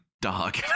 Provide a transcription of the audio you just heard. dog